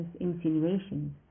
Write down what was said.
insinuations